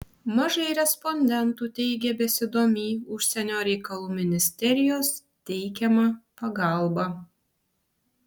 mažai respondentų teigė besidomį užsienio reikalų ministerijos teikiama pagalba